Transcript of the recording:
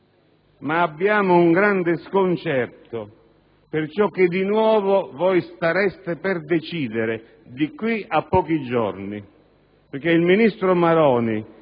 ma proviamo un grande sconcerto per ciò che di nuovo voi stareste per decidere di qui a pochi giorni, perché il ministro Maroni